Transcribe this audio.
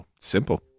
simple